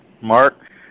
mark